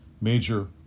Major